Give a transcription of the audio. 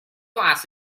was